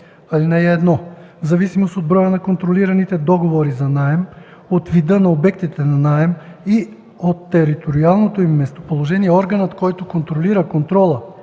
Чл. 22в. (1) В зависимост от броя на контролираните договори за наем, от вида на обектите на наем и от териториалното им местоположение органът, който организира контрола